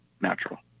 natural